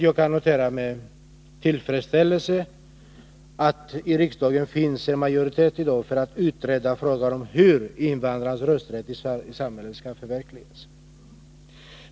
Jag noterar med tillfredsställelse att det i riksdagen i dag finns en majoritet för att utreda frågan om hur invandrarnas rösträtt i Sverige skall förverkligas.